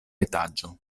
etaĝo